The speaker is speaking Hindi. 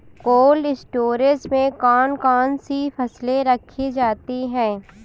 कोल्ड स्टोरेज में कौन कौन सी फसलें रखी जाती हैं?